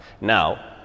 Now